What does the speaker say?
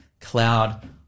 cloud